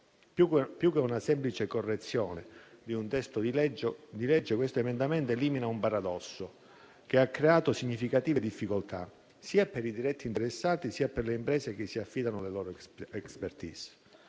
Più che una semplice correzione di un testo di legge, questo emendamento elimina un paradosso che ha creato significative difficoltà sia per i diretti interessati sia per le imprese che si affidano alle loro *expertise*.